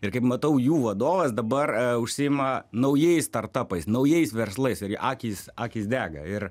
ir kaip matau jų vadovas dabar užsiima naujais startapais naujais verslais akys akys dega ir